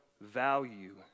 value